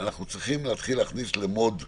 אנחנו צריכים להתחיל להכניס ל-mode מסוים,